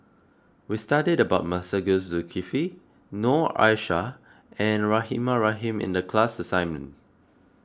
we studied about Masagos Zulkifli Noor Aishah and Rahimah Rahim in the class assignment